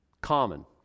common